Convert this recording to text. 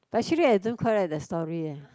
but actually I don't quite like the story eh